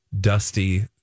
dusty